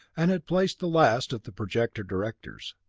and had placed the last of the projector directors.